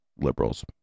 liberals